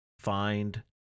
find